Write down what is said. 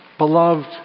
Beloved